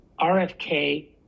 RFK